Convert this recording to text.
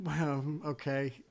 Okay